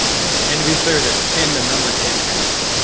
yeah and to be clear that it's ten, the number ten x,